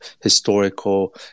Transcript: historical